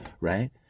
Right